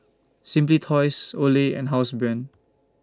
Simply Toys Olay and Housebrand